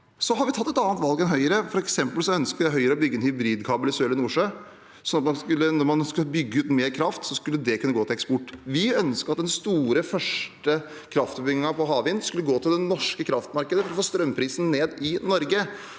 har vi tatt et annet valg enn Høyre. For eksempel ønsket Høyre å bygge en hybridkabel i Sørlige Nordsjø. Da man skulle bygge ut mer kraft, skulle det kunne gå til eksport. Vi ønsket at den store, første kraftutbyggingen av havvind skulle gå til det norske kraftmarkedet for å få strømprisen ned i Norge.